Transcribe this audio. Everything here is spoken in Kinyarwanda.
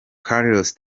carlos